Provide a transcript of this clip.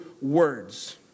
words